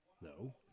no